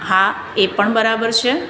હા એ પણ બરાબર છે